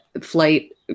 flight